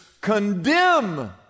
condemn